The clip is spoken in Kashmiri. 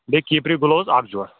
بیٚیہِ کیٖپری گُلوٕز اَکھ جورٕ